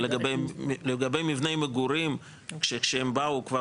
לגבי מבנה מגורים שהם באו אליו והוא כבר